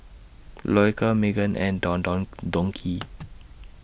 Loacker Megan and Don Don Donki